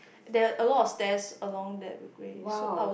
there are a lot stairs along that way so I was